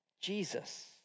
Jesus